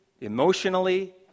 emotionally